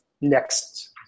next